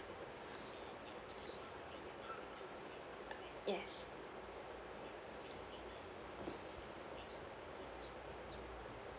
yes